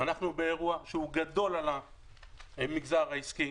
אנחנו באירוע שהוא גדול על המגזר העסקי.